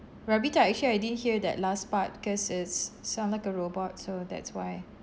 ravita actually I didn't hear that last part cause it's sound like a robot so that's why